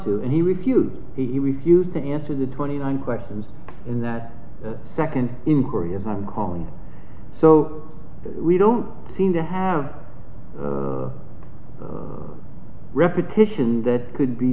to and he refused he refused to answer the twenty one questions in that the second inquiry and i'm calling so we don't seem to have repetition that could be